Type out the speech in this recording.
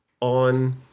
on